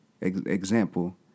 example